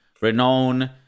Renowned